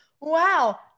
Wow